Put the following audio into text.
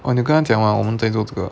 哦你跟她讲吗我们在做这个